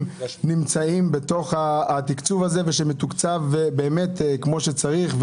נמצאים בתקצוב הזה וכי הם מתוקצבים כמו שצריך?